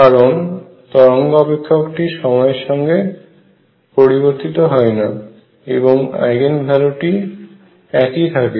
কারণ তরঙ্গ অপেক্ষকটি সময়ের সঙ্গে পরিবর্তিত হয় না এবং আইগেন ভ্যালু টি একই থাকে